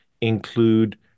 include